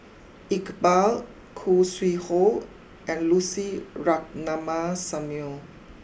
Iqbal Khoo Sui Hoe and Lucy Ratnammah Samuel